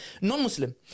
non-Muslim